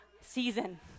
season